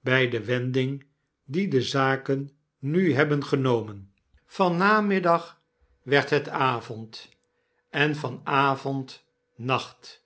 by de wending die dezaken nu hebben genomen van namiddag werd het avond en vanavond nacht